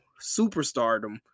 superstardom